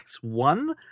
one